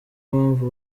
impamvu